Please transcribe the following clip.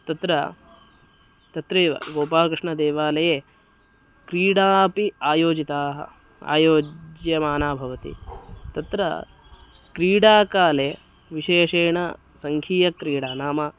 तत्र तत्रैव गोपालकृष्णदेवालये क्रीडापि आयोजिताः आयोज्यमाना भवति तत्र क्रीडाकाले विशेषेण सङ्घीयक्रीडा नाम